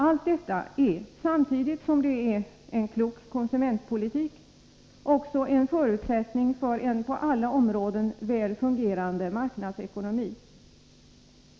Allt detta är samtidigt som det är en klok konsumentpolitik också en förutsättning för en på alla områden väl fungerande marknadsekonomi.